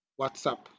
whatsapp